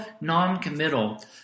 non-committal